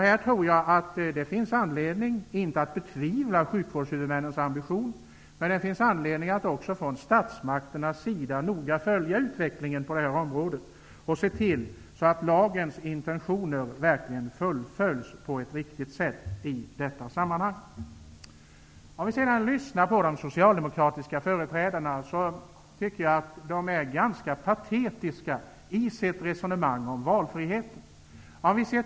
Man behöver nog inte betvivla sjukvårdshuvudmännens ambition, men statsmakterna bör noga följa utvecklingen på detta område och se till att lagens intentioner verkligen fullföljs på ett riktigt sätt. De socialdemokratiska företrädarna är ganska patetiska i sina resonemang om valfriheten.